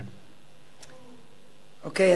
אוקיי,